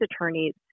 attorneys